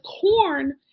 corn